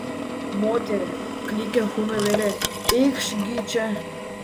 moterie klykė huno vėlė eikš gi čia